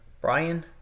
Brian